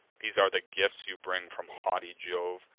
these are the gifts you bring from haughty jove,